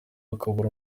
akabura